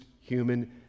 human